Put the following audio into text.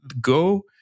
Go